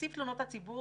נציב תלונות הציבור,